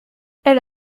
elle